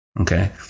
Okay